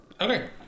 Okay